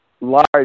large